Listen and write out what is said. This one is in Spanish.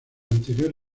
anterior